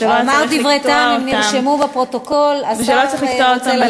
ולא היה צריך לקטוע אותם,